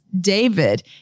David